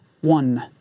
one